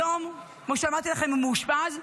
היום, כמו שאמרתי לכם, הוא מאושפז.